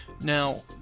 Now